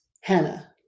Hannah